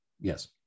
yes